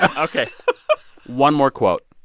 ok one more quote.